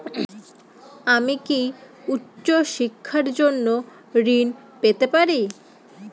আমি কি উচ্চ শিক্ষার জন্য ঋণ পেতে পারি?